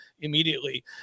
immediately